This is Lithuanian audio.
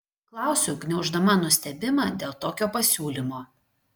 klausiu gniauždama nustebimą dėl tokio pasiūlymo